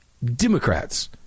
Democrats